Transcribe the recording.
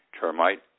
termite